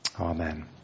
Amen